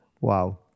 Wow